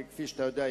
וכפי שאתה יודע,